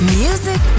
music